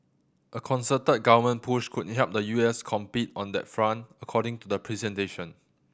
a concerted government push could help the U S compete on that front according to the presentation